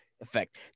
effect